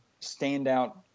standout